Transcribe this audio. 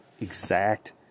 exact